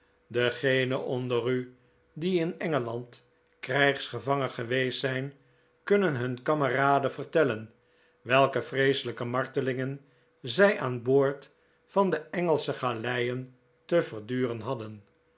degenen onder u die in engeland krijgsgevangen geweest zijn kunnen hun kameraden vertellen welke vreeselijke martelingen zij aan boord van de engelsche galeien te verduren hadden